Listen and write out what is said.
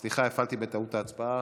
סליחה, הפעלתי בטעות את ההצבעה.